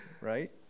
right